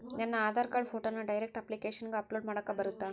ನನ್ನ ಆಧಾರ್ ಕಾರ್ಡ್ ಫೋಟೋನ ಡೈರೆಕ್ಟ್ ಅಪ್ಲಿಕೇಶನಗ ಅಪ್ಲೋಡ್ ಮಾಡಾಕ ಬರುತ್ತಾ?